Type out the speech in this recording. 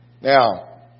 Now